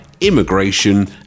immigration